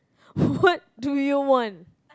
what do you want